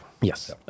Yes